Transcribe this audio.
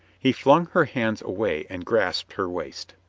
he flung her hands away and grcisped her waist.